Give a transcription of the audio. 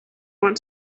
want